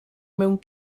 mewn